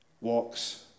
walks